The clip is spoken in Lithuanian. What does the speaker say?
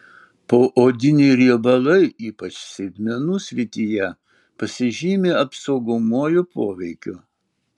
poodiniai riebalai ypač sėdmenų srityje pasižymi apsaugomuoju poveikiu